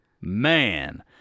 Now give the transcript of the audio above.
man